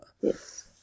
Yes